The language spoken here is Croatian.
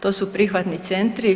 To su prihvatni centri.